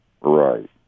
Right